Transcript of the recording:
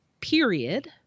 period